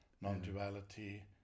non-duality